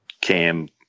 came